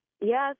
Yes